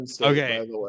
okay